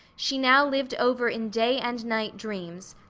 she now lived over in day and night dreams,